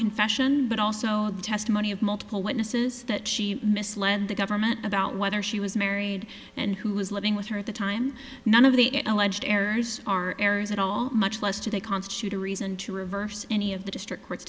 confession but also the testimony of multiple witnesses that she misled the government about whether she was married and who was living with her at the time none of the it alleged errors are errors at all much less today constitute a reason to reverse any of the district court